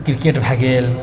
cricket भए गेल